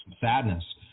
sadness